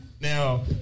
Now